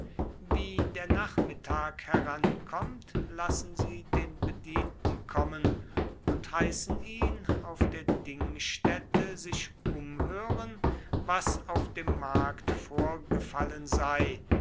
wie der nachmittag herankommt lassen sie den bedienten kommen und heißen ihn auf der dingstätte sich umhören was auf dem markt vorgefallen sei